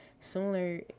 Similar